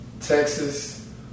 Texas